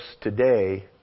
today